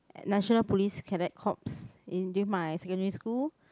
national police cadet corps in during my secondary school